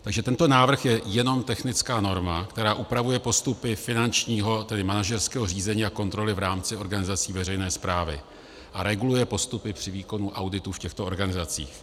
Takže tento návrh je jenom technická norma, která upravuje postupy finančního, tedy manažerského řízení a kontroly v rámci organizací veřejné správy a reguluje postupy při výkonu auditu v těchto organizacích.